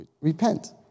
repent